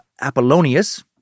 Apollonius